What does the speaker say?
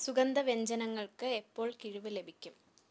സുഗന്ധ വ്യഞ്ജനങ്ങൾക്ക് എപ്പോൾ കിഴിവ് ലഭിക്കും